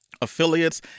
affiliates